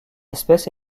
espèce